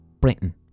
Britain